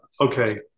okay